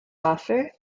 offer